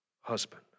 husband